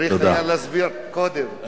צריך היה להסביר קודם.